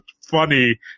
funny